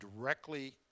directly –